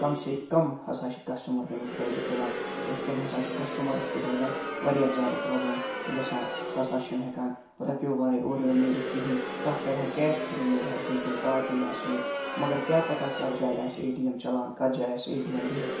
کَم سے کَم ہسا چھُ کَسٹمَرَ تَمیُک فٲیدٕ تُلان تہٕ یِتھۍ کٔنۍ ہسا چھُ کَسٹَمَرَس تہِ روان واریاہ زیادٕ پرابلِم گژھان سُہ سا چھُنہٕ ہٮ۪کان رۄپِیو وَرٲے اورٕ یور نیٖرِتھ کِہیٖنۍ کانہہ کرِ ہا کٮ۪ش فری نٮ۪رِ ہا یِتھٕے کٔنۍ کاڈ تُلہِ ہا سۭتۍ مَگر کیاہ پَتہہ کَتھ جایہِ آسہِ اے ٹی ایم چِلان کَتھ جایہِ آسہِ اے ٹی ایم بِہِتھ